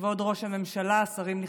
כבוד ראש הממשלה, שרים נכבדים,